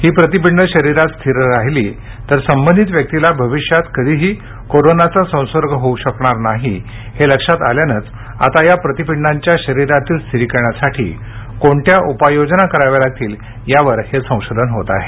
ही प्रतिपिंड शरीरात स्थिर राहिली तर संबंधित व्यक्तीला भविष्यात कधीही कोरोनाचा संसर्ग होऊ शकणार नाही हे लक्षात आल्यानेच आता या प्रतिपिंडाच्या शरीरातील स्थिरीकरणासाठी कोणत्या उपाय योजना कराव्या लागतील यावर हे संशोधन होत आहे